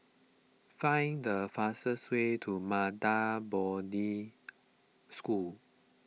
find the fastest way to Maha Bodhi School